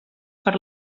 per